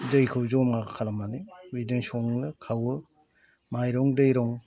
दैखौ जमा खालामनानै बिदिनो सङो खावो माइरं दैरं